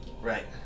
right